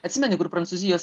atsimeni kur prancūzijos